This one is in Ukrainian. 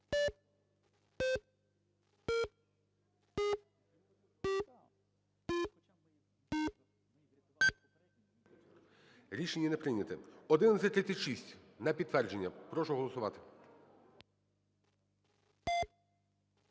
Рішення не прийнято. 1136 на підтвердження. Прошу голосувати.